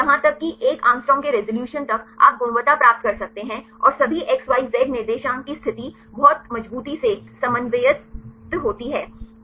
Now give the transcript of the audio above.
तो यहां तक कि 1 Å के रिज़ॉल्यूशन तक आप गुणवत्ता प्राप्त कर सकते हैं और सभी एक्स वाई जेड निर्देशांक की स्थिति बहुत मज़बूती से समन्वयित होती है